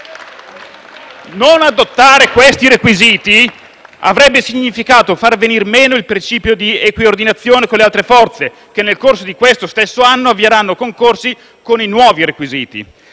Non adottare questi requisiti avrebbe significato far venir meno il principio di equiordinazione con le altre Forze, che nel corso di questo stesso anno avvieranno concorsi con i nuovi requisiti.